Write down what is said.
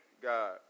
God